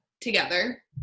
together